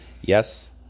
Yes